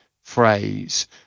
phrase